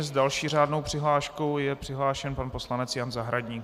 S další řádnou přihláškou je přihlášen pan poslanec Jan Zahradník.